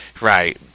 right